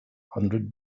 hundred